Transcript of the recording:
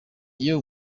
iyo